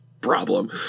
problem